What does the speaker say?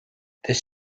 this